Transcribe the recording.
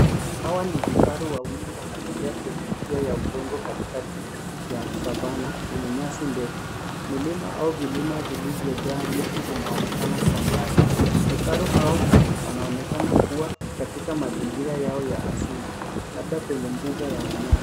Hawa ni vifaru wawili wanatembea kwenye njia ya udongo katikati ya Savanna yenye nyasi ndefu. Milima au vilima vilivyojaa miti vinaonekana kwa mbali. Vifaru hao wanaonekana kua katika mazingira yao ya asili labda kwenye mbuga ya wanyama.